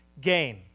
gain